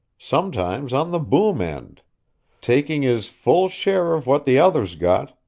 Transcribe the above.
sometimes on the boom end taking his full share of what the others got,